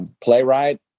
playwright